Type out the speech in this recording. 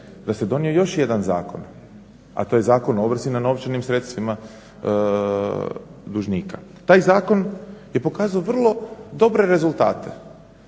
da se donio još jedan zakon, a to je Zakon o ovrsi nad novčanim sredstvima dužnika. Taj zakon je pokazao vrlo dobre rezultate.